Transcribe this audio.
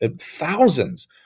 thousands